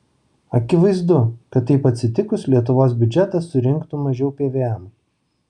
akivaizdu kad taip atsitikus lietuvos biudžetas surinktų mažiau pvm